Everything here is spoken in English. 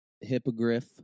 hippogriff